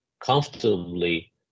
comfortably